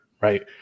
right